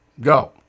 Go